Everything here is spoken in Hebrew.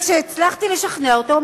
כשהצלחתי לשכנע אותו,